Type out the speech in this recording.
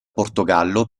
portogallo